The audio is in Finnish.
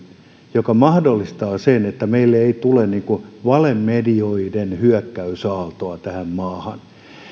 joka mahdollistaa sen että meille ei tule valemedioiden hyökkäysaaltoa tähän maahan